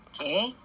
Okay